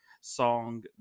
song